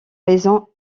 raisons